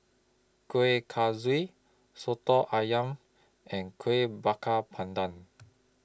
Kueh Kaswi Soto Ayam and Kueh Bakar Pandan